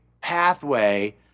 pathway